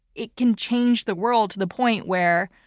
it can change the world to the point where